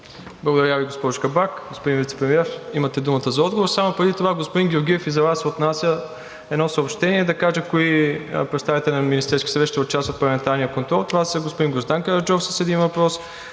Кабак. Господин Вицепремиер, имате думата за отговор. Само преди това, господин Георгиев, едно съобщение, за да кажа кои представители на Министерския съвет ще участват в парламентарния контрол – това са: господин Гроздан Караджов с един въпрос;